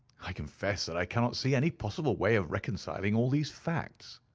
i confess that i cannot see any possible way of reconciling all these facts.